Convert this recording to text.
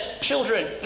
children